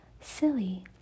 silly